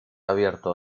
abierto